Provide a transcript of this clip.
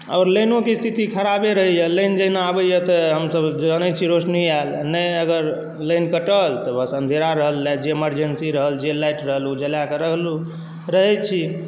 और लाइनो केँ स्थिति खराबे रहैया लाइन जहिना आबैया तऽ हमसब जलबै छी रोशनी नहि अगर लाइन कटल तऽ बस अँधेरा रहल लाइट जे मरजेंसी रहल जे लाइट रहल ओ जलाय कऽ रहलहुॅं रहै छी